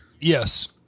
Yes